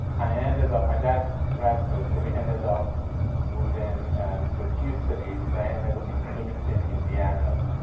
i ended up, my dad's a professor, so we ended up moving and to a few cities. i ended up in bloomington, indiana.